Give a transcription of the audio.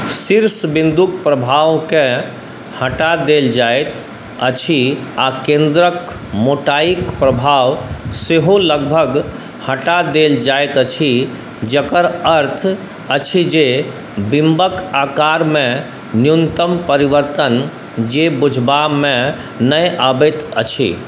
शीर्षविन्दुक प्रभावकेँ हटा देल जाइत अछि आ केन्द्रक मोटाइक प्रभाव सेहो लगभग हटा देल जाइत अछि जकर अर्थ अछि जे बिम्बक आकारमे न्यूनतम परिवर्तन जे बुझबामे नहि अबैत अछि